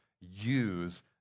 use